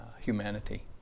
humanity